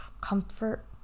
comfort